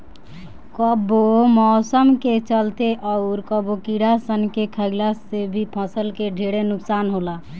कबो मौसम के चलते, अउर कबो कीड़ा सन के खईला से भी फसल के ढेरे नुकसान होला